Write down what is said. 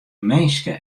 minske